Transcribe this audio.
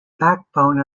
backbone